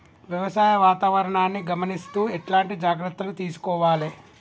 వ్యవసాయ వాతావరణాన్ని గమనిస్తూ ఎట్లాంటి జాగ్రత్తలు తీసుకోవాలే?